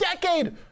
decade